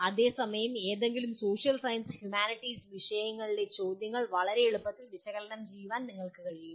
അതേസമയം ഏതെങ്കിലും social science humanities വിഷയങ്ങളിലെ ചോദ്യങ്ങൾ വളരെ എളുപ്പത്തിൽ വിശകലനം ചെയ്യാൻ നിങ്ങൾക്ക് കഴിയും